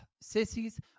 sissies